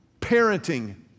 parenting